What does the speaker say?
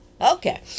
okay